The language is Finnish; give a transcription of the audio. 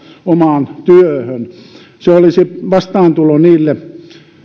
omaan työhön se olisi vastaantulo niille